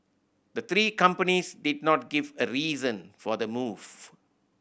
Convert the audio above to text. the three companies did not give a reason for the move